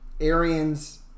Arians